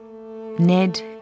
Ned